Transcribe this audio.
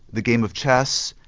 the game of chess,